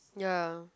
ya